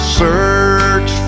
search